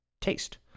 taste